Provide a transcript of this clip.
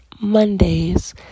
mondays